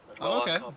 Okay